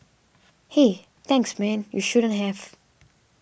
hey thanks man you shouldn't have